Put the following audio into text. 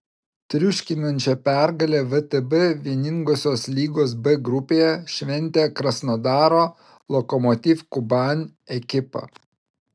triuškinančią pergalę vtb vieningosios lygos b grupėje šventė krasnodaro lokomotiv kuban ekipa